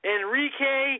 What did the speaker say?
Enrique